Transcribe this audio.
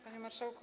Panie Marszałku!